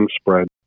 spread